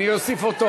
אני אוסיף אותו.